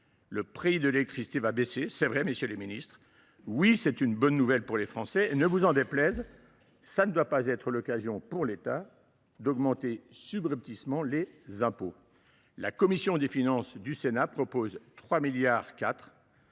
le prix de l’électricité va baisser, messieurs les ministres ! Oui, c’est une bonne nouvelle pour les Français ! Et, ne vous en déplaise, cela ne doit pas être l’occasion pour l’État d’augmenter subrepticement les impôts ! La commission des finances du Sénat propose 3,4 milliards